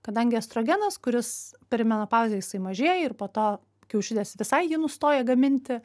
kadangi estrogenas kuris perimenopauzėj jisai mažėja ir po to kiaušidės visai jį nustoja gaminti